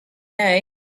day